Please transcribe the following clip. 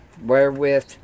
wherewith